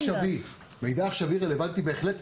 סעיף 42 הוא סעיף שקובע את ההוראות לעניין ייצור נאות.